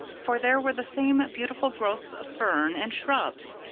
for there were the same beautiful growths of fern and shrubs.